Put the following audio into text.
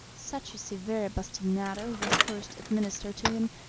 such a severe bastinado was first administered to him,